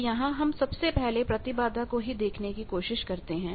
तो यहां हम सबसे पहले प्रतिबाधा impedanceइम्पीडेन्स को ही देखने की कोशिश करते हैं